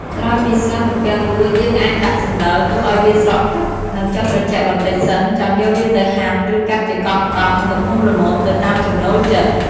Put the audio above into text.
ក្រោយពីស្ងោរទំពាំងរួច យើងអាចដាក់សំដិលទុកឱ្យវាស្រក់ទឹក និងចុះត្រជាក់បន្តិចសិន ចាំយកវាទៅហាន់ ឬ កាត់ជាកង់ៗ ទំហំល្មមទៅតាមចំណូលចិត្ត។